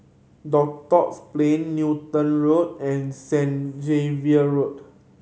Duxton Plain Newton Road and St Xavier Road